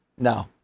No